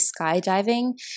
skydiving